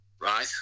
right